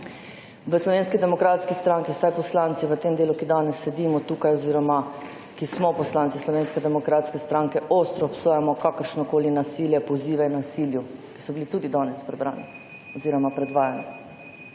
V Slovenski demokratski stranki, vsaj poslanci v tem delu, ki danes sedimo tu oziroma ki smo poslanci Slovenske demokratske stranke, ostro obsojamo kakršnokoli nasilje ali pozive k nasilju, ki so bili tudi danes prebrani oziroma predvajani.